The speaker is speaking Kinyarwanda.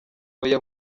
oya